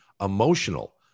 emotional